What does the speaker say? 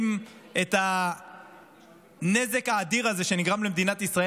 את הנזק האדיר הזה שנגרם למדינת ישראל,